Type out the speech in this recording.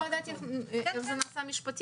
אני פשוט לא ידעתי איך זה נעשה משפטית,